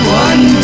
one